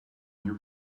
new